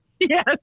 Yes